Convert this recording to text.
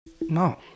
No